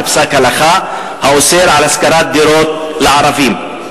פסק הלכה האוסר השכרת דירות לערבים.